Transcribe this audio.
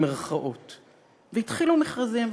והתחילו מכרזים.